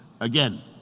again